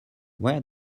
where